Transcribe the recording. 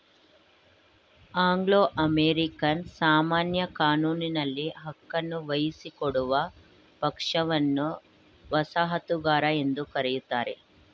Anglo American ಸಾಮಾನ್ಯ ಕಾನೂನಿನಲ್ಲಿ ಹಕ್ಕನ್ನು ವಹಿಸಿಕೊಡುವ ಪಕ್ಷವನ್ನ ವಸಾಹತುಗಾರ ಎಂದು ಕರೆಯುತ್ತಾರೆ